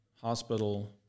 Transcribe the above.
hospital